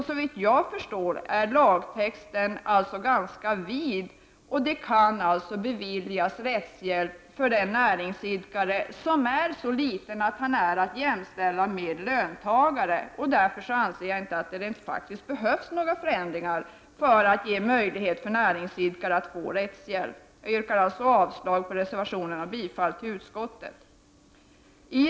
Såvitt jag förstår är lagtexten alltså ganska vid, och rättshjälp kan beviljas för den näringsidkare vars verksamhet är så liten att han är att jämställa med löntagare. Därför anser jag att det inte behövs några förändringar för att ge möjlighet för näringsidkare att få rättshjälp. Jag yrkar alltså avslag på reservationen och bifall till utskottets hemställan.